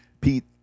Pete